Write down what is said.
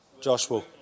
Joshua